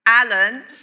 Alan